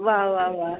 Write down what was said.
वा वा वा